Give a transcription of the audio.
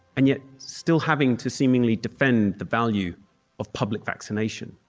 and yet still having to seemingly defend the value of public vaccination,